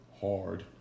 hard